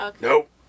Nope